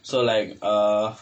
so like err